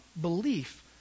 belief